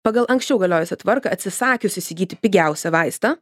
pagal anksčiau galiojusią tvarką atsisakius įsigyti pigiausią vaistą